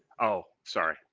oh, sorry.